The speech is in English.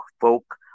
folk